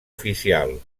oficial